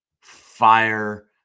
fire